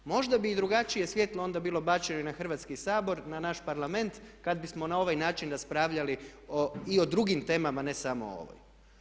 Možda bi drugačije svjetlo onda bilo bačeno i na Hrvatski sabor, na naš Parlament, kad bismo na ovaj način raspravljali i o drugim temama ne samo o ovoj.